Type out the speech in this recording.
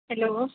hello